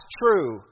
true